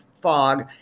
fog